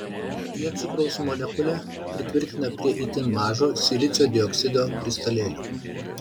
jie cukraus molekulę pritvirtina prie itin mažo silicio dioksido kristalėlio